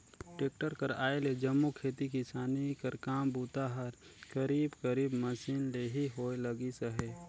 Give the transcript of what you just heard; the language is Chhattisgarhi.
टेक्टर कर आए ले जम्मो खेती किसानी कर काम बूता हर करीब करीब मसीन ले ही होए लगिस अहे